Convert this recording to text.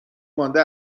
مانده